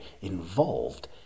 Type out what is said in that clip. involved